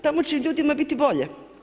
Tamo će ljudima biti bolje.